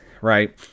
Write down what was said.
right